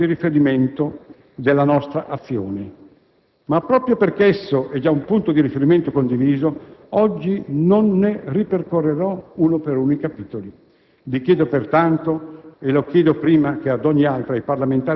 Il programma di Governo è e rimane il punto di riferimento della nostra azione. Ma, proprio perché esso è già un punto di riferimento condiviso, oggi non ne ripercorrerò, uno per uno, i capitoli.